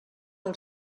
del